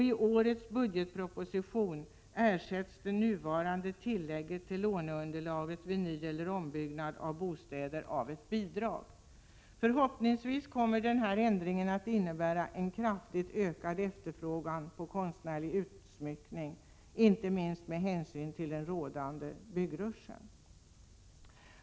I årets budgetproposition ersätts det nuvarande tillägget till låneunderlaget vid nyeller ombyggnad av bostäder av ett bidrag. Förhoppningsvis kommer denna ändring att innebära en kraftigt ökad efterfrågan på konstnärlig utsmyckning, inte minst med hänsyn till den rådande byggruschen.